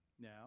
Now